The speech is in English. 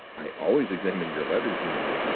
i always examine your letters, you know,